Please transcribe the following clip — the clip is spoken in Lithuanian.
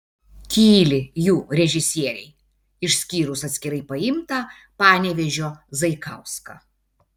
tyli jų režisieriai išskyrus atskirai paimtą panevėžio zaikauską